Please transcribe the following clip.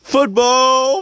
Football